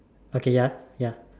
okay ya ya